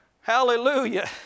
Hallelujah